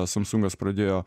samsungas pradėjo